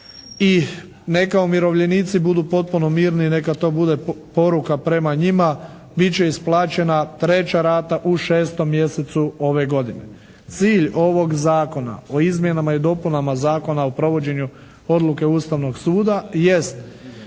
i neka umirovljenici budu potpuno misli. Neka to bude poruka prema njima. Bit će isplaćena treća rata u 6. mjesecu ove godine. Cilj ovog Zakona o izmjenama i dopunama Zakona o provođenju Odluke Ustavnog suda jest